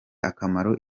akamaro